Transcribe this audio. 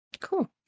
Cool